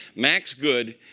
max good,